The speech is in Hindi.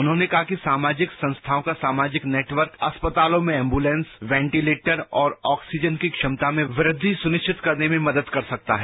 उन्होंने कहा कि सामाजिक संस्थाओं का सामाजिक नेटवर्क अस्पतालों में एंबुलेंस वेंटिलेटर और ऑक्सीजन की क्षमता में वृद्धि सुनिश्चित करने में मदद कर सकता है